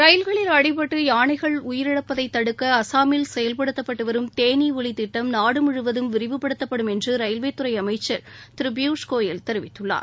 ரயில்களில் அடிப்பட்டு யானைகள் உயிரிழப்பதை தடுக்க அசாமில் செயல்படுத்தப்பட்டு வரும் தேனி ஒலி திட்டம் நாடு முழுவதும் விரிவுப்படுத்தப்படும் என்று ரயில்வே துறை அளமச்சர் திரு பியுஷ்கோயல் தெரிவித்துள்ளார்